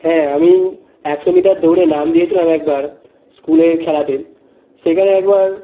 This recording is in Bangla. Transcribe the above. হ্যাঁ আমি একশো মিটার দৌড়ে নাম দিয়েছিলাম একবার স্কুলের খেলাতে সেইখানে একবার